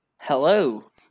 Hello